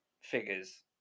figures